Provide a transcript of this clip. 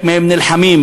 חלק מהם נלחמים,